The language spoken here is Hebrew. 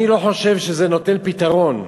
אני לא חושב שזה נותן פתרון.